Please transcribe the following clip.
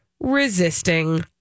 resisting